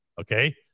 okay